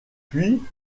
puis